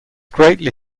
greatly